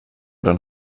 den